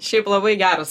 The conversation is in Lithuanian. šiaip labai geras